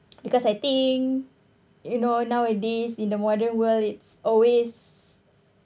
because I think you know nowadays in the modern world it's always